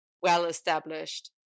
well-established